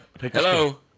Hello